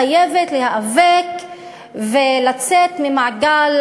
חייבת להיאבק ולצאת ממעגל